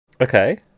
okay